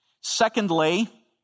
Secondly